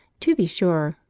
to be sure,